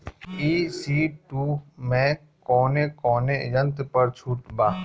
ई.सी टू मै कौने कौने यंत्र पर छुट बा?